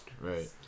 Right